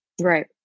Right